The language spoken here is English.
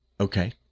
Okay